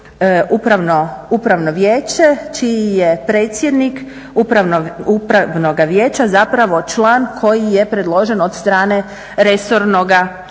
upravno vijeće čiji je predsjednik upravnoga vijeća član koji je predložen od strane resornog